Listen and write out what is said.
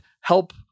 help